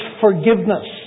forgiveness